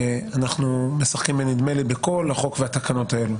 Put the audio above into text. שאנחנו משחקים בנדמה לי בכל החוק והתקנות האלה.